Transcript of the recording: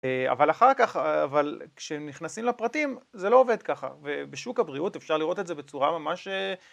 אבל אחר כך כשהם נכנסים לפרטים זה לא עובד ככה ובשוק הבריאות אפשר לראות את זה בצורה ממש